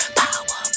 power